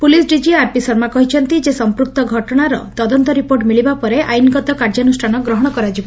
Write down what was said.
police DG RP Sharma କହିଛନ୍ତି ଯେ ସମ୍ମକ୍ତ ଘଟଶାର ତଦନ୍ତ ରିପୋର୍ଟ ମିଳିବା ପରେ ଆଇନ୍ଗତ କାର୍ଯ୍ୟାନୁଷ୍ଷାନ ଗ୍ରହଶ କରାଯିବ